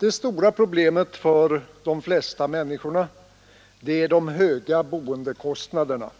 Det stora problemet för de flesta människor är de höga boendekostnaderna